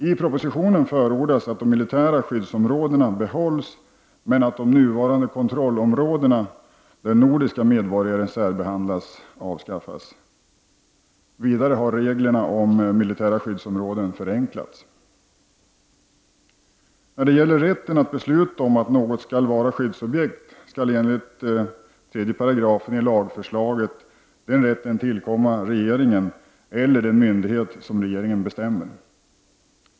I propositionen förordas att de militära skyddsområdena behålls men att de nuvarande kontrollområdena där nordiska medborgare särbehandlas avskaffas. Vidare har reglerna om militära skyddsområden förenklats. Rätten att besluta om att något skall vara skyddsobjekt skall enligt 3§ i lagförslaget tillkomma regeringen eller den myndighet som regeringen bestämmer.